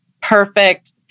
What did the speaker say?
perfect